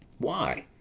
why,